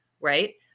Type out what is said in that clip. right